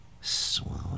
Swoon